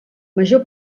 major